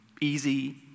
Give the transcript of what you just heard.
easy